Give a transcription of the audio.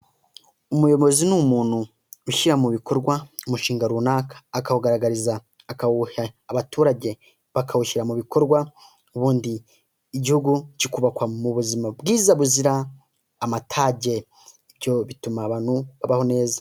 Umuyobozi ni umuntu ushyira mu bikorwa umushinga runaka, akawugaragariza akawuha abaturage bakawushyira mu bikorwa, ubundi igihugu kikubakwa mu buzima bwiza buzira amatage, byo bituma abantu babaho neza.